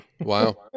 Wow